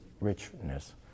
richness